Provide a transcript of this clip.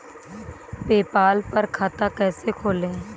PayPal पर खाता कैसे खोलें?